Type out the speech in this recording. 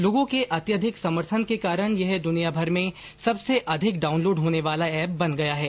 लोगों के अत्यधिक समर्थन के कारण यह दुनियाभर में सबसे अधिक डाउनलोड होने वाला एप बन गया है